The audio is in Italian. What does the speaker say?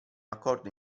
accordo